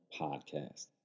podcast